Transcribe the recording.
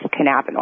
cannabinoid